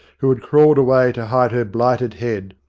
who had crawled away to hide her blighted head,